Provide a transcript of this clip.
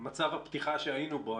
מצב הפתיחה שהיינו בו.